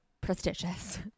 prestigious